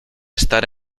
estar